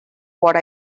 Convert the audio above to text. what